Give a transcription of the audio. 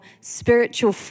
spiritual